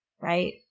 right